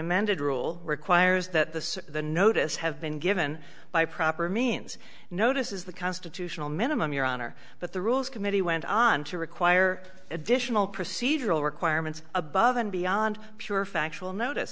amended rule requires that the notice have been given by proper means notice is the constitutional minimum your honor but the rules committee went on to require additional procedural requirements above and beyond pure factual notice